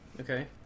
Okay